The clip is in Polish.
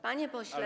Panie pośle.